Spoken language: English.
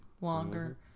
longer